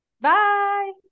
Bye